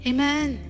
Amen